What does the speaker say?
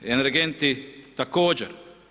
Energenti također.